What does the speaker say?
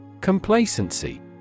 Complacency